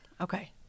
Okay